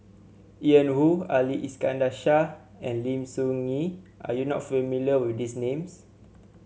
Ian Woo Ali Iskandar Shah and Lim Soo Ngee are you not familiar with these names